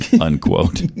unquote